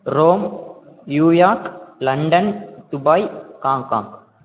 Rome New York London Dubai Hong Kong